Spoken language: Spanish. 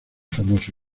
famoso